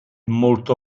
molto